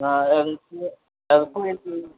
ஆ